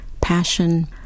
passion